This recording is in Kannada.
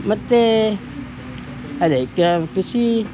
ಮತ್ತು ಅದೆ ಕ್ಯಾ ಕೃಷಿ